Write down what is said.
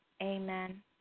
Amen